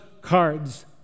cards